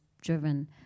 driven